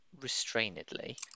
restrainedly